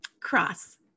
Cross